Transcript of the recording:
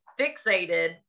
fixated